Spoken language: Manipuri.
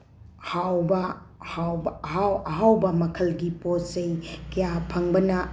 ꯍꯥꯎꯕ ꯍꯥꯎꯕ ꯑꯍꯥꯎ ꯑꯍꯥꯎꯕ ꯃꯈꯜꯒꯤ ꯄꯣꯠ ꯆꯩ ꯀꯌꯥ ꯐꯪꯕꯅ